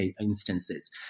instances